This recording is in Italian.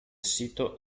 sito